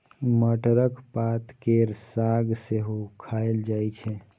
मटरक पात केर साग सेहो खाएल जाइ छै